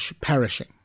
perishing